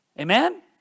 Amen